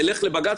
נלך לבג"צ,